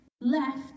left